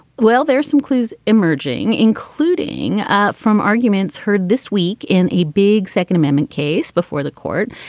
well, there's some clues emerging, including from arguments heard this week in a big second amendment case before the court.